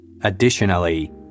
Additionally